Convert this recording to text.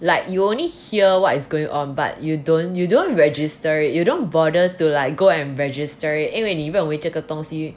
like you only hear what is going on but you don't you don't register you don't bother to like go and register it 因为你认为这个东西